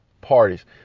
parties